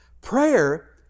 Prayer